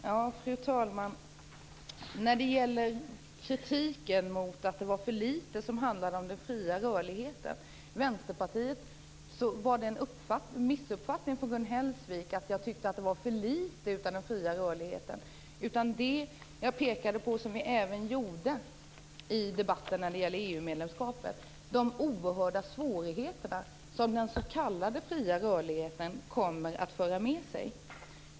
Fru talman! När det gäller kritiken från Vänsterpartiet mot att det var för litet som handlade om den fria rörligheten var det en missuppfattning av Gun Hellsvik att jag tyckte att det var för litet av den fria rörligheten. Vad jag pekade på, som vi även gjorde i debatten när det gällde EU-medlemskapet, var de oerhörda svårigheterna som den s.k. fria rörligheten kommer att föra med sig.